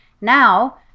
Now